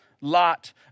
lot